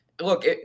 Look